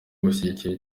gushyigikira